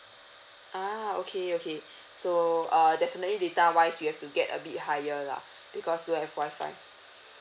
ah okay okay so err definitely data wise we have to get a bit higher lah because you have Wi-Fi